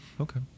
okay